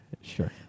sure